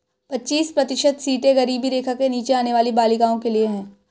पच्चीस प्रतिशत सीटें गरीबी रेखा के नीचे आने वाली बालिकाओं के लिए है